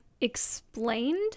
explained